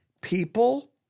People